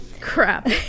crap